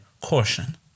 caution